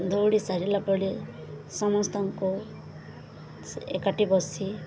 ଦୌଡ଼ି ସାରିଲା ପରେ ସମସ୍ତଙ୍କୁ ଏକାଠି ବସି